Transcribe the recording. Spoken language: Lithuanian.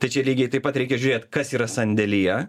tai čia lygiai taip pat reikia žiūrėt kas yra sandėlyje